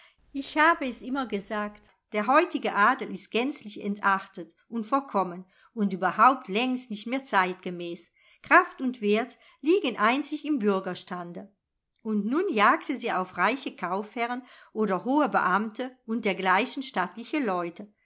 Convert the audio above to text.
ich habe es immer gesagt der heutige adel ist gänzlich entartet und verkommen und überhaupt längst nicht mehr zeitgemäß kraft und wert liegen einzig im bürgerstande und nun jagte sie auf reiche kaufherren oder hohe beamte und dergleichen stattliche leute